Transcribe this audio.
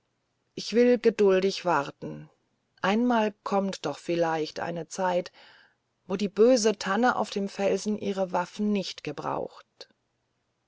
ich will geduldig warten einmal kommt doch vielleicht eine zeit wo die böse tanne auf dem felsen ihre waffen nicht braucht